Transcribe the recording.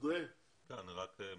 נכון.